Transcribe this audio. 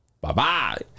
Bye-bye